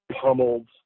pummeled